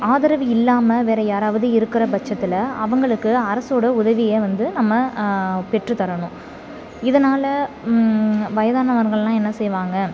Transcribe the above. ஆதரவு இல்லாமல் வேற யாராவது இருக்குற பட்சத்துல அவுங்களுக்கு அரசோட உதவிய வந்து நம்ம பெற்று தரணும் இதனாலே வயதானவர்களெலாம் என்ன செய்வாங்க